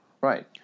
Right